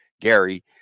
Gary